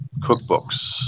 cookbooks